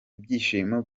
ibyishimo